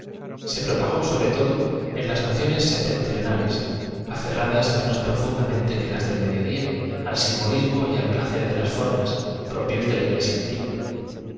se propagó sobre todo en las naciones septentrienales aferradas menos profundamente que las del uodlodia al simbolismo y al placer de las formas pro pios de la iglesia antigua